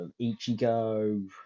Ichigo